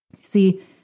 See